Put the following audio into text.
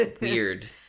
weird